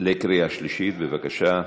בבקשה.